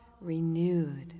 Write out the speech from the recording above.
renewed